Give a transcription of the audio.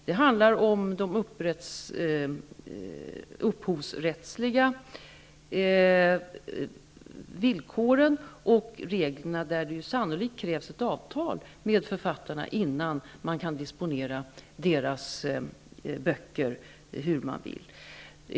Det handlar om de upphovsrättsliga villkoren och reglerna. Sannolikt krävs det ett avtal med författarna innan man kan disponera deras böcker hur man vill.